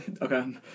Okay